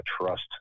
trust